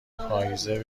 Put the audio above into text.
پاییزه